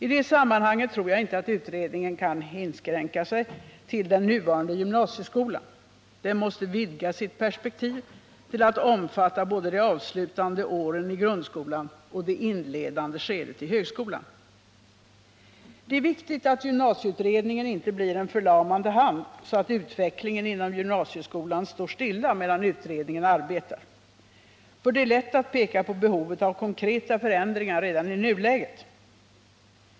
I det sammanhanget tror jag inte att utredningen kan inskränka sig till den nuvarande gymnasieskolan. Den måste vidga sitt perspektiv till att omfatta både de avslutande åren i grundskolan och det inledande skedet på högskolan. Det är viktigt att gymnasieutredningen inte blir förlamande, så att utvecklingen inom gymnasieskolan står stilla, medan utredningen arbetar. Det är lätt att peka på behovet av konkreta förändringar redan i nuläget.